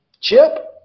Chip